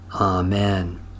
Amen